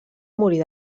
morir